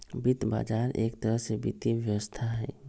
वित्त बजार एक तरह से वित्तीय व्यवस्था हई